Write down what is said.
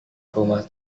rumah